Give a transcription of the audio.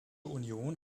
union